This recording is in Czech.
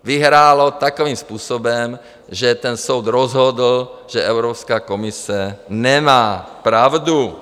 Vyhrálo takovým způsobem, že soud rozhodl, že Evropská komise nemá pravdu.